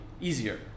easier